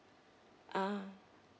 ah